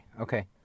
okay